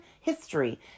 history